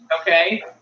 Okay